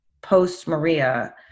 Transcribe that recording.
post-Maria